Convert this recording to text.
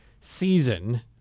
season